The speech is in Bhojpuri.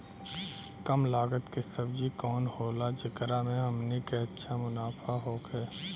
कम लागत के सब्जी कवन होला जेकरा में हमनी के अच्छा मुनाफा होखे?